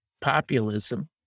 populism